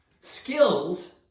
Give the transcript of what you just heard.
skills